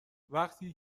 وقتی